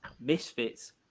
Misfits